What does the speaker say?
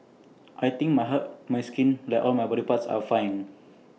I think my heart my skin like all my body parts are fine